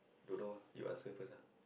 don't know ah you answer first ah